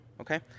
Okay